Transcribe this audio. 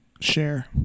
share